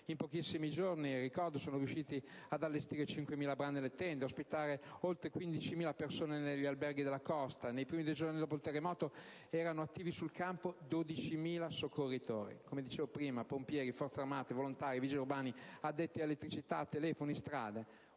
In pochissimi giorni sono riusciti ad allestire 5.000 brande nelle tende e ad ospitare oltre 15.000 persone negli alberghi sulla costa. Nei primi due giorni dopo il terremoto erano attivi sul campo 12.000 soccorritori: pompieri, Forze armate, volontari, vigili urbani, addetti ad elettricità, telefoni e strade.